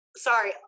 Sorry